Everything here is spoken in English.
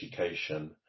education